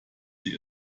sie